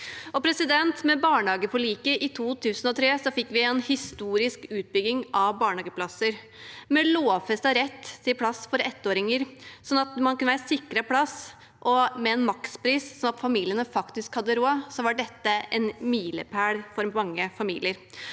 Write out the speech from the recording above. om. Med barnehageforliket i 2003 fikk vi en historisk utbygging av barnehageplasser, med lovfestet rett til plass for ettåringer, sånn at man kunne være sikret plass. Med en makspris sånn at familiene faktisk hadde råd, var dette en milepæl for mange familier.